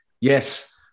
yes